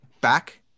back